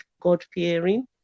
God-fearing